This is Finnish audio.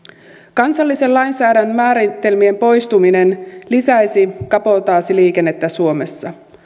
kansallisen lainsäädännön määritelmien poistuminen lisäisi kabotaasiliikennettä suomessa